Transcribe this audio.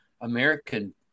American